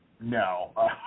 no